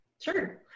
Sure